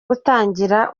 gutangira